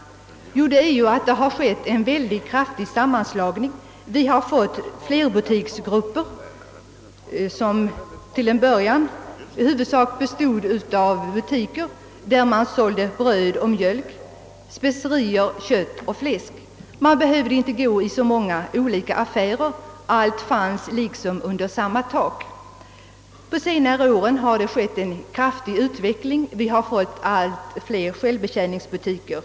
Jo, en mycket kraftig sammanslagning har ägt rum. Vi fick till en början flerbutiksgrupper, där det såldes bröd och mjölk, specerier, kött och fläsk. Man behövde inte gå i så många olika affärer; allt fanns under samma tak. På senare år har det skett en väldig utveckling, och vi har fått allt fler självbetjäningsbutiker.